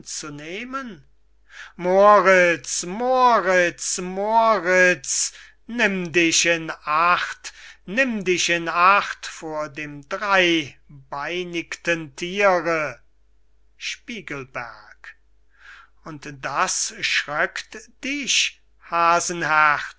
moriz moriz moriz nimm dich in acht nimm dich in acht vor dem dreybeinigten thiere spiegelberg und das schröckt dich hasenherz